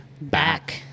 back